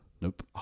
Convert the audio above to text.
Nope